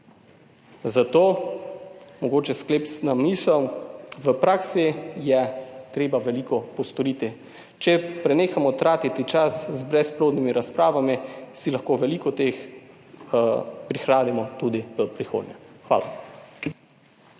Zato mogoče sklepna misel. V praksi je treba veliko postoriti. Če prenehamo tratiti čas z brezplodnimi razpravami, si lahko veliko teh prihranimo tudi v prihodnje. Hvala.